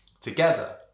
Together